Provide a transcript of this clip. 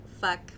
fuck